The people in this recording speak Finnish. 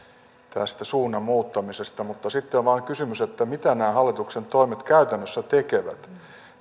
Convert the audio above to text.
tästä suunnan muuttamisesta mutta sitten on vain kysymys mitä nämä hallituksen toimet käytännössä tekevät